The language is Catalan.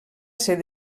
ser